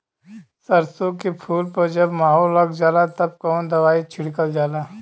सरसो के फूल पर जब माहो लग जाला तब कवन दवाई छिड़कल जाला?